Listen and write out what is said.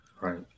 Right